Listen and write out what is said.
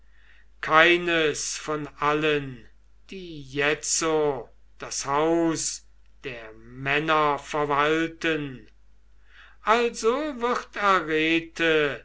keines von allen die jetzo das haus der männer verwalten also wird